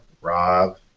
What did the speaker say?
Rob